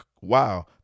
Wow